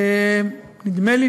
נדמה לי,